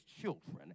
children